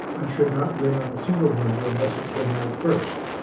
i should not win on a single number unless it came out first,